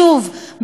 שוב,